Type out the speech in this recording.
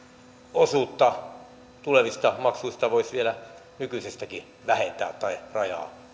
osuutta tulevista maksuista voisi vielä nykyisestäkin vähentää tai rajaa